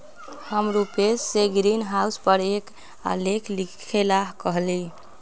हम रूपेश से ग्रीनहाउस पर एक आलेख लिखेला कहली